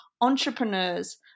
entrepreneurs